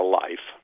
life